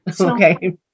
Okay